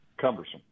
cumbersome